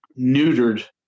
neutered